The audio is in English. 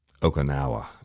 Okinawa